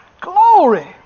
Glory